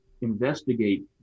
investigate